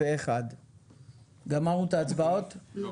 הצבעה סעיף 109 אושר גמרנו את ההצבעות?